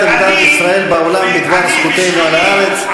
עמדת ישראל בעולם בדבר זכותנו על הארץ,